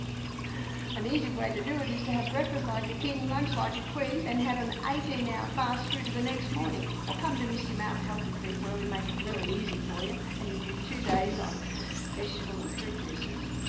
an easy way to do it is to have breakfast like a king, lunch like a queen, then have an eighteen hour fast through to the next morning, or come to misty mountain health retreat where we make it really easy for you, and you do two days on vegetable and fruit juices.